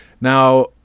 Now